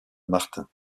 martin